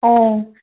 অঁ